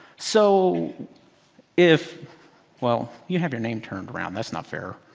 so if well, you have your name turned around. that's not fair.